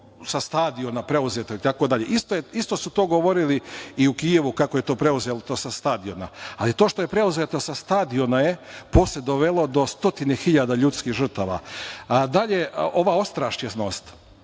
sa stadiona preuzeto, itd. Isto su to govorili i u Kijevu kako je to preuzeto sa stadiona. Ali, to što je preuzeto sa stadiona je posle dovelo do stotine hiljada ljudskih žrtava. Dalje, ova ostrašćenost.